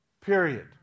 period